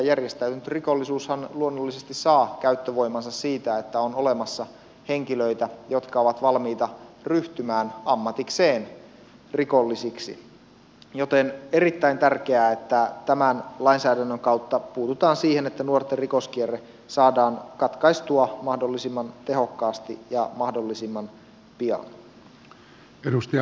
järjestäytynyt rikollisuushan luonnollisesti saa käyttövoimansa siitä että on olemassa henkilöitä jotka ovat valmiita ryhtymään ammatikseen rikollisiksi joten on erittäin tärkeää että tämän lainsäädännön kautta puututaan siihen että nuorten rikoskierre saadaan katkaistua mahdollisimman tehokkaasti ja mahdollisimman pian